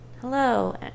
hello